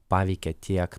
paveikė tiek